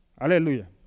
Hallelujah